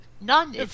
None